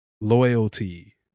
loyalty